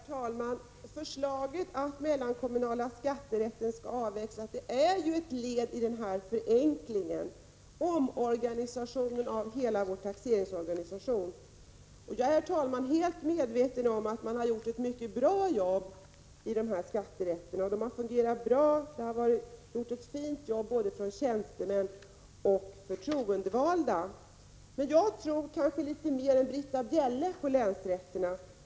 Herr talman! Förslaget att mellankommunala skatterätten skall avvecklas är ett led i förenklingen och omorganisationen av hela vår taxeringsorganisation. Jag är, herr talman, helt medveten om att man inom mellankommunala skatterätten gjort ett mycket bra jobb, både tjänstemän och förtroendevalda. Men jag tror kanske litet mer än Britta Bjelle på länsrätterna.